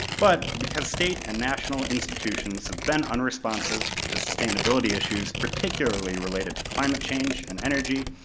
but, because state and national institutions have been unresponsive to sustainability issues, particularly related to climate change and energy,